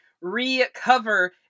recover